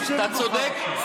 אתה צודק.